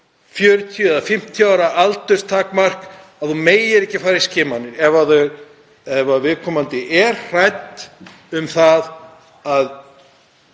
40 eða 50 ára aldurstakmark, að þú megir ekki fara í skimanir. Ef viðkomandi er hrædd um að fá